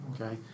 okay